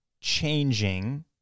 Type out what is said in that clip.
changing